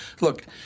Look